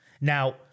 Now